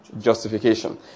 justification